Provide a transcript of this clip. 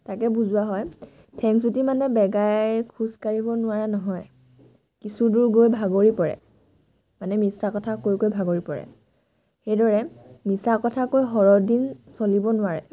তাকে বুজোৱা হয় ঠেং চুটি মানে বেগাই খোজকাঢ়িব নোৱাৰা নহয় কিছু দূৰ গৈ ভাগৰি পৰে মানে মিছা কথা কৈ কৈ ভাগৰি পৰে সেইদৰে মিছা কথা কৈ সৰহ দিন চলিব নোৱাৰে